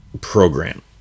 program